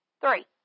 Three